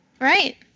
Right